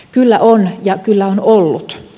kyllä on ja kyllä on ollut